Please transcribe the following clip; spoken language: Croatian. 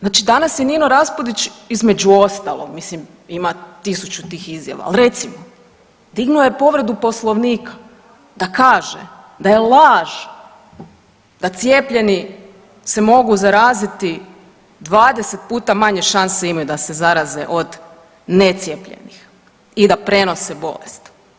Znači danas je Nino Raspudić između ostalog, mislim ima 1000 tih izjava, ali recimo dignuo je povredu Poslovnika da kaže da je laž da cijepljeni se mogu zaraziti 20 puta manje šanse imaju da se zaraze od necijepljenih i da prenose bolest.